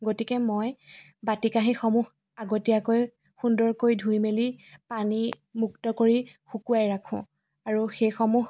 গতিকে মই বাতি কাঁহীসমূহ আগতীয়াকৈ সুন্দৰকৈ ধুই মেলি পানী মুক্তকৰি শুকুৱাই ৰাখোঁ আৰু সেইসমূহ